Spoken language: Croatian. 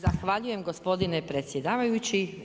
Zahvaljujem gospodine predsjedavajući.